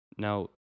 Now